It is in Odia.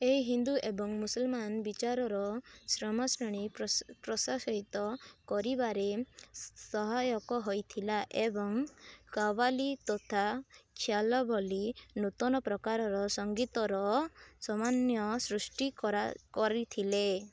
ଏହା ହିନ୍ଦୁ ଏବଂ ମୁସଲମାନ ବିଚାରର ସମ୍ମିଶ୍ରଣକୁ ପ୍ରୋତ୍ସାହିତ କରିବାରେ ସହାୟକ ହୋଇଥିଲା ଏବଂ କୱାଲୀ ତଥା ଖ୍ୟାଲ ଭଳି ନୂତନ ପ୍ରକାରର ସଙ୍ଗୀତର ସମନ୍ୱୟ ସୃଷ୍ଟି କରିଥିଲେ